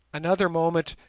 another moment,